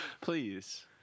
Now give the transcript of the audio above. please